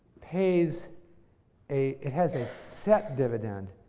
has a has a set dividend.